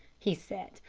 he said.